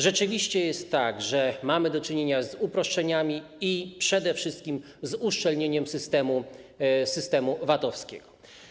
Rzeczywiście jest tak, że mamy do czynienia z uproszczeniami i przede wszystkim z uszczelnieniem systemu VAT-owskiego.